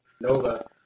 Nova